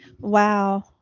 wow